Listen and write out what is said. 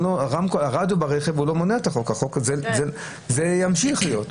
הרדיו ברכב לא מונע את החוק, זה ימשיך להיות.